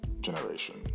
generation